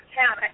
town